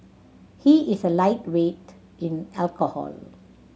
he is a lightweight in alcohol